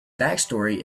backstory